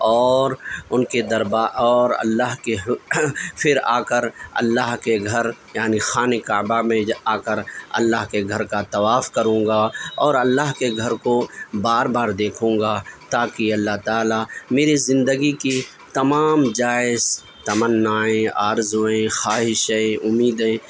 اور ان کے دربار اور اللہ کے پھر آ کر اللہ کے گھر یعنی خانہ کعبہ میں آ کر اللہ کے گھر کا طواف کروں گا اور اللہ کے گھر کو بار بار دیکھوں گا تاکہ اللہ تعالیٰ میری زندگی کی تمام جائز تمنائیں آرزوئیں خواہشیں امیدیں